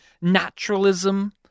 Naturalism